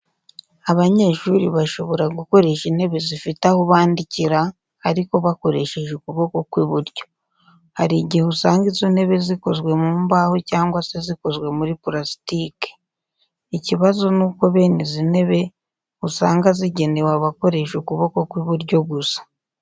Abanyeshuri bashobora gukoresha intebe zifite aho bandikira ariko bakoresheje ukuboko kw'iburyo. Hari igihe usanga izo ntebe zikozwe mu mbaho cyangwa se zikozwe muri purasitike. Ikibazo ni uko bene izi ntebe usanga zigenewe abakoresha ukuboko kw'iburyo gusa.